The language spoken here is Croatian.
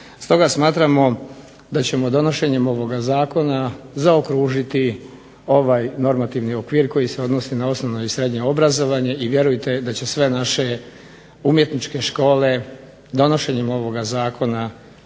Stoga smatramo da ćemo donošenjem ovoga zakona zaokružiti ovaj normativni okvir koji se odnosi na osnovno i srednje obrazovanje, i vjerujte da će sve naše umjetničke škole donošenjem ovoga zakona